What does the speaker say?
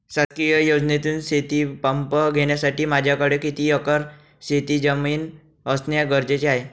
शासकीय योजनेतून शेतीपंप घेण्यासाठी माझ्याकडे किती एकर शेतजमीन असणे गरजेचे आहे?